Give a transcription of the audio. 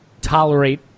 tolerate